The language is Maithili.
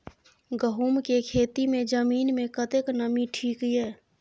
गहूम के खेती मे जमीन मे कतेक नमी ठीक ये?